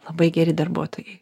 labai geri darbuotojai